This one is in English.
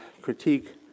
critique